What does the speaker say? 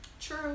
True